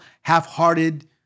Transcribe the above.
half-hearted